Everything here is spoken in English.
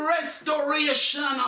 restoration